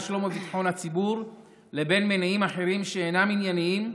שלום וביטחון הציבור לבין מניעים אחרים שאינם ענייניים,